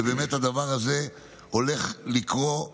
ובאמת הדבר הזה הולך לקרות ובגדול.